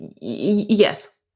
yes